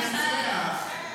תגיד את זה לאמסלם.